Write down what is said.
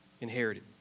inherited